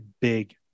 big